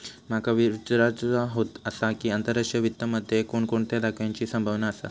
माका विचारुचा आसा की, आंतरराष्ट्रीय वित्त मध्ये कोणकोणत्या धोक्याची संभावना आसा?